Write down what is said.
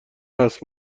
هست